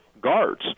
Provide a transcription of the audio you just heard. guards